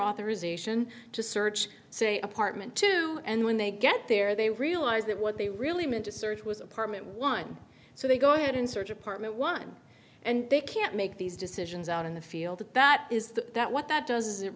authorization to search say apartment two and when they get there they realize that what they really meant to search was apartment one so they go ahead and search apartment one and they can't make these decisions out in the field that is the that what that does is it